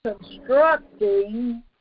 constructing